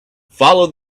follow